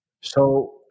So-